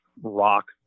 rock